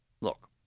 Look